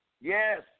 Yes